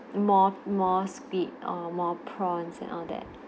more more squid or more prawns and all that